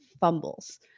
fumbles